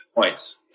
points